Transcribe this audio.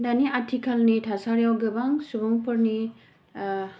दानि आथिखालनि थासारियाव गोबां सुबुंफोरनि